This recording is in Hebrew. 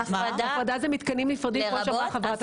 הפרדה זה מתקנים נפרדים כמו שאמרה חברת הכנסת.